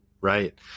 Right